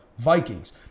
Vikings